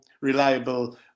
reliable